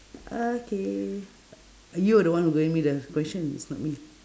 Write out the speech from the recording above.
okay you were the one who giving me the question it's not me